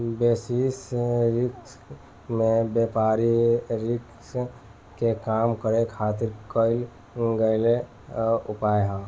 basis risk में व्यापारिक risk के कम करे खातिर कईल गयेल उपाय ह